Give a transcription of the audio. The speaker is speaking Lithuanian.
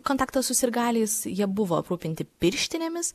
kontaktą su sirgaliais jie buvo aprūpinti pirštinėmis